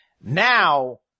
Now